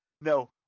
No